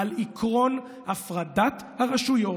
על עקרון הפרדת הרשויות.